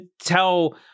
tell